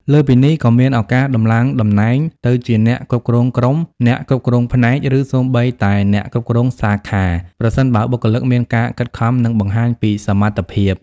លើសពីនេះ ក៏មានឱកាសដំឡើងតំណែងទៅជាអ្នកគ្រប់គ្រងក្រុម អ្នកគ្រប់គ្រងផ្នែក ឬសូម្បីតែអ្នកគ្រប់គ្រងសាខា ប្រសិនបើបុគ្គលិកមានការខិតខំ និងបង្ហាញពីសមត្ថភាព។